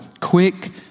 Quick